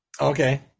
Okay